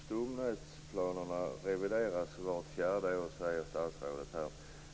Stomnätsplanerna revideras vart fjärde år, säger statsrådet.